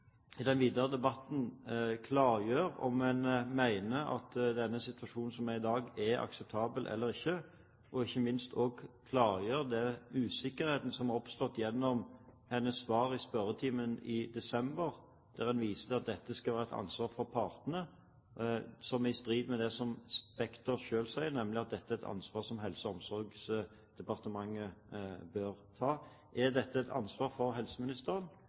i den videre debatten klargjør om hun mener at situasjonen i dag er akseptabel eller ikke, og ikke minst også klargjør når det gjelder den usikkerheten som har oppstått gjennom hennes svar på et skriftlig spørsmål i desember, da hun viste til at dette skal være partenes ansvar, som er i strid med det Spekter selv sier, nemlig at dette er et ansvar som Helse- og omsorgsdepartementet bør ta. Er dette helseministerens ansvar,